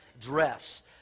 dress